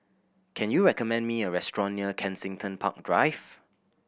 can you recommend me a restaurant near Kensington Park Drive